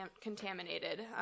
contaminated